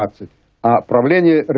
ah to armenia